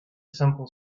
simple